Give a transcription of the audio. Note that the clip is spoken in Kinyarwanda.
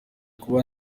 kuba